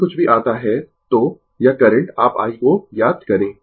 जो कुछ भी आता है तो यह करंट आप i को ज्ञात करें